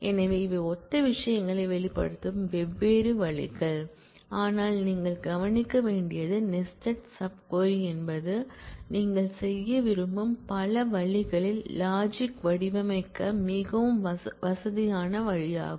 எனவே இவை ஒத்த விஷயங்களை வெளிப்படுத்தும் வெவ்வேறு வழிகள் ஆனால் நீங்கள் கவனிக்க வேண்டியது நெஸ்டட் சப் க்வரி என்பது நீங்கள் செய்ய விரும்பும் பல வழிகளில் லாஜிக் வடிவமைக்க மிகவும் வசதியான வழியாகும்